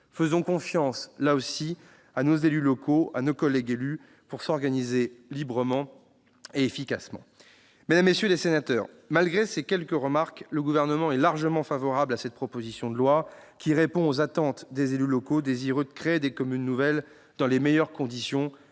Faisons confiance à nos élus locaux pour s'organiser librement et efficacement. Mesdames, messieurs les sénateurs, malgré ces quelques remarques, le Gouvernement est largement favorable à cette proposition de loi, qui répond aux attentes des élus locaux désireux de créer des communes nouvelles dans les meilleures conditions et,